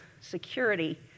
security